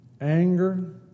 anger